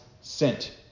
sent